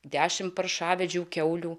dešimt paršavedžių kiaulių